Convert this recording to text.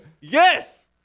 yes